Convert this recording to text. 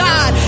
God